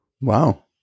Wow